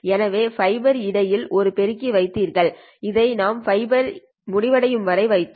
எனவே ஃபைபர் இடையில் ஒரு பெருக்கி வைத்தீர்கள் இதை நாம் ஃபைபர்fமுடிவடையும் வரை வைத்தோம்